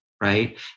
right